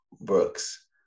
Brooks